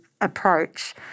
approach